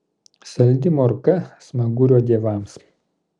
saldi morka smagurio dievams